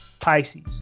Pisces